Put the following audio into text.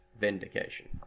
Vindication